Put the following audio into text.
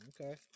okay